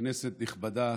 כנסת נכבדה,